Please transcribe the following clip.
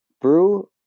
brew